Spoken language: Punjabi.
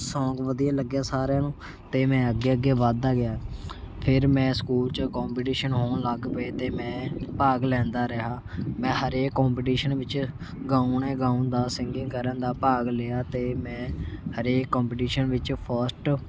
ਸੌਂਗ ਵਧੀਆ ਲੱਗਿਆ ਸਾਰਿਆ ਨੂੰ ਅਤੇ ਮੈਂ ਅੱਗੇ ਅੱਗੇ ਵੱਧਦਾ ਗਿਆ ਫਿਰ ਮੈਂ ਸਕੂਲ 'ਚ ਕੋਂਪੀਟੀਸ਼ਨ ਹੋਣ ਲੱਗ ਪਏ ਅਤੇ ਮੈਂ ਭਾਗ ਲੈਂਦਾ ਰਿਹਾ ਮੈਂ ਹਰੇਕ ਕੋਂਪੀਟੀਸ਼ਨ ਵਿੱਚ ਗਾਉਣੇ ਗਾਉਣ ਦਾ ਸੀਗਿੰਗ ਕਰਨ ਦਾ ਭਾਗ ਲਿਆ ਅਤੇ ਮੈਂ ਹਰੇਕ ਕੋਂਪੀਟੀਸ਼ਨ ਵਿੱਚ ਫਸਟ